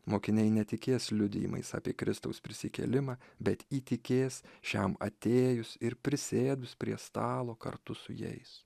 mokiniai netikės liudijimais apie kristaus prisikėlimą bet įtikės šiam atėjus ir prisėdus prie stalo kartu su jais